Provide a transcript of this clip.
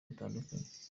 butandukanye